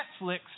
Netflix